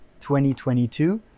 2022